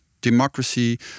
democracy